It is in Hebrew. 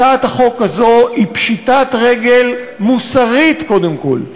הצעת החוק הזאת היא פשיטת רגל מוסרית, קודם כול,